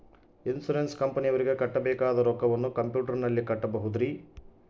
Insurance ಕಂಪನಿಯವರಿಗೆ ಕಟ್ಟಬೇಕಾದ ರೊಕ್ಕವನ್ನು ಕಂಪ್ಯೂಟರನಲ್ಲಿ ಕಟ್ಟಬಹುದ್ರಿ?